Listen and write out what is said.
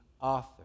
author